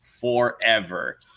forever